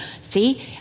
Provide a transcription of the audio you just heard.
see